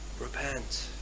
Repent